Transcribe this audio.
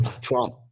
Trump